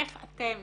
איך אתם